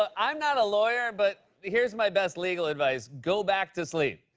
um i'm not a lawyer, but here's my best legal advice. go back to sleep.